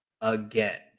again